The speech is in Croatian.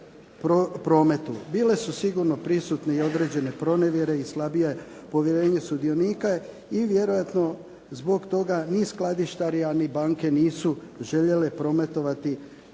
Bile su sigurno prisutne i određene pronevjere i slabije povjerenje sudionika i vjerojatno zbog toga ni skladištari a ni banke nisu željele prometovati